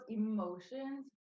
emotions